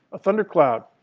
a thundercloud,